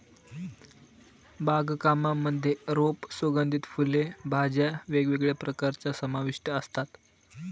बाग कामांमध्ये रोप, सुगंधित फुले, भाज्या वेगवेगळ्या प्रकारच्या समाविष्ट असतात